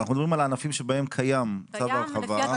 אנחנו מדברים על הענפים בהם קיים צו הרחבה.